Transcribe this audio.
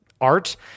Art